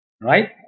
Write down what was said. Right